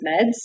meds